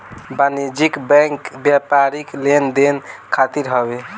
वाणिज्यिक बैंक व्यापारिक लेन देन खातिर हवे